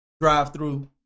drive-through